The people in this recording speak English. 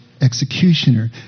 executioner